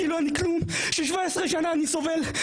שאני 17 שנה סובל,